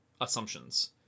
assumptions